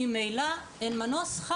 ממילא - אין מנוס כמדינה,